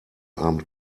abend